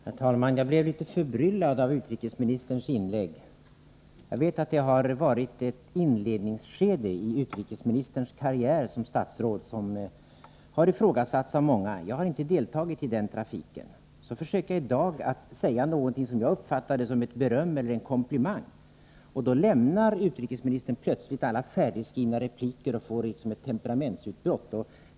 Herr talman! Jag blev litet förbryllad av utrikesministerns inlägg. Jag vet att det har varit ett inledningsskede i utrikesministerns karriär som statsråd som har ifrågasatts av många. Jag har inte deltagit i den trafiken. I dag försökte jag säga någonting som skulle vara ett beröm eller en komplimang. Då lämnade utrikesministern plötsligt alla färdigskrivna repliker och fick ett temperamentsutbrott.